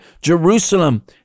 Jerusalem